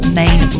main